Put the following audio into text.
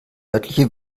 örtliche